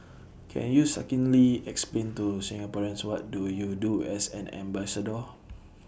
can you succinctly explain to Singaporeans what do you do as an ambassador